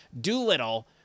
Doolittle